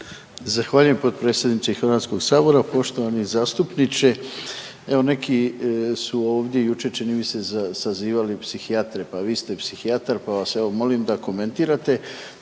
Zahvaljujem potpredsjedniče HS. Poštovani zastupniče, evo neki su ovdje jučer čini mi se sazivali psihijatre, pa vi ste psihijatar, pa vas evo molim da komentirate.